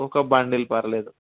ఒక బండిల్ పర్లేదు